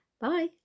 Bye